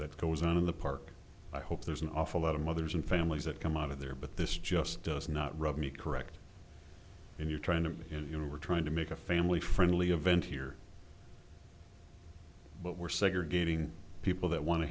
that goes on in the park i hope there's an awful lot of mothers and families that come out of there but this just does not rub me correct when you're trying to be in you know we're trying to make a family friendly event here but we're segregating people that want to